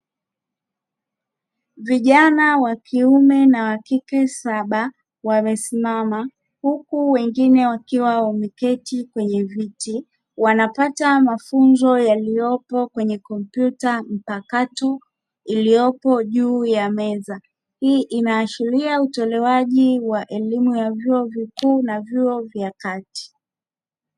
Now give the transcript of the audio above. Vijana Wa kiume na wa kike saba wamesimama, huku wengine wakiwa wameketi kwenye viti wanapata mafunzo yaliyopo kwenye kompyuta mpakato iliyopo juu ya meza, hii inaashiria utolewaji wa elimu ya vyuo vikuu na vyuo vya kati.